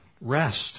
rest